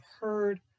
heard